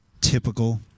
typical